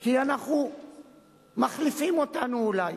כי מחליפים אותנו אולי.